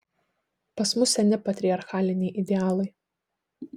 pas mus seni patriarchaliniai idealai